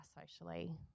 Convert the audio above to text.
socially